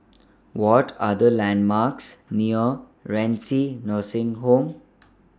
What Are The landmarks near Renci Nursing Home